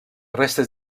restes